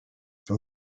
pin